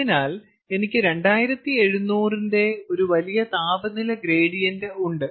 അതിനാൽ എനിക്ക് 2700 ന്റെ ഒരു വലിയ താപനില ഗ്രേഡിയന്റ് ഉണ്ട്